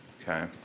Okay